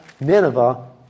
Nineveh